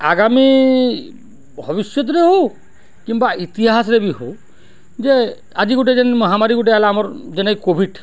ଆଗାମୀ ଭବିଷ୍ୟତରେ ହଉ କିମ୍ବା ଇତିହାସରେ ବି ହଉ ଯେ ଆଜି ଗୋଟେ ଯେନ୍ ମହାମାରୀ ଗୋଟେ ହେଲା ଆମର୍ ଯେନେ କୋଭିଡ଼